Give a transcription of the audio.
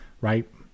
right